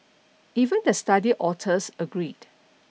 even the study authors agreed